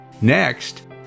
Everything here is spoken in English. Next